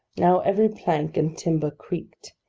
now every plank and timber creaked,